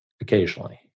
occasionally